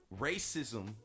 Racism